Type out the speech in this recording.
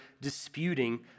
disputing